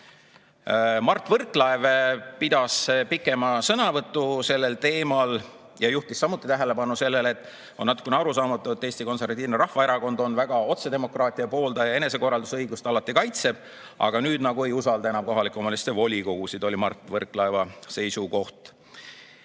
Mart Võrklaev pidas pikema sõnavõtu sellel teemal ja juhtis samuti tähelepanu sellele, et on natuke arusaamatu, et Eesti Konservatiivne Rahvaerakond on väga suur otsedemokraatia pooldaja ja enesekorraldusõigust alati kaitseb, aga nüüd nagu ei usalda enam kohalike omavalitsuste volikogusid. Teiseks tõi Mart Võrklaev välja